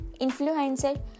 influencer